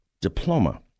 diploma